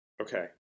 Okay